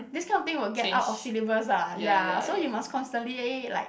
this kind of thing will get out of syllabus ah ya so you must constantly like